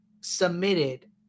submitted